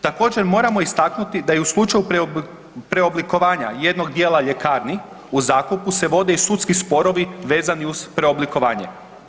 Također, moramo istaknuti da je u slučaju preoblikovanja jednog dijela ljekarni u zakupu se vode i sudski sporovi vezani uz preoblikovanje.